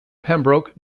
pembroke